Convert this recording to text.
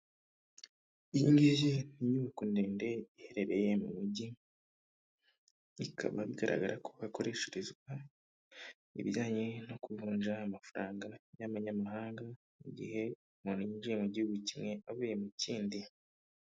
Iyi ngiyi ni inyubako ndende iherereye mu mujyi, ikaba bigaragara ko hakoreshezwa ibijyanye no kuvunja amafaranga y'abanyamahanga, mu gihe umuntu yinjiye mu gihugu kimwe avuye mu kindi.